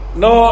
no